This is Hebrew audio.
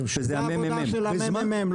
זו עבודה של הממ"מ.